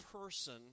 person